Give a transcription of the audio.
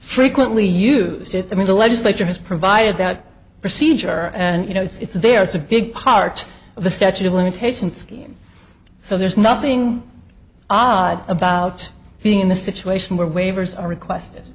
frequently used i mean the legislature has provided the procedure and you know it's there it's a big part of the statute of limitations so there's nothing odd about being in the situation where waivers are requested